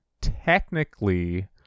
technically